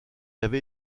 avait